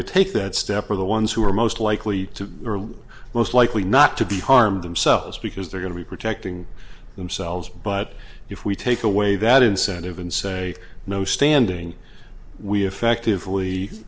to take that step are the ones who are most likely to be most likely not to be harmed themselves because they're going to be protecting themselves but if we take away that incentive and say no standing we effectively